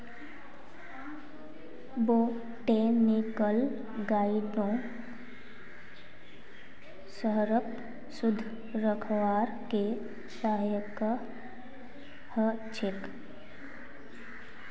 botanical गार्डनो शहरक शुद्ध रखवार के सहायक ह छेक